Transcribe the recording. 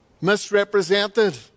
Misrepresented